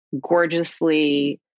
gorgeously